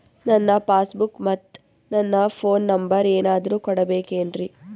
ನನ್ನ passbook ಮತ್ ನನ್ನ ಫೋನ್ ನಂಬರ್ ಏನಾದ್ರು ಕೊಡಬೇಕೆನ್ರಿ?